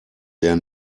der